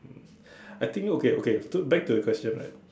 I think okay okay stood back to the question right